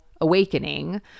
awakening